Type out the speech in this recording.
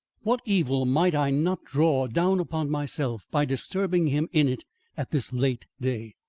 what evil might i not draw down upon myself by disturbing him in it at this late day.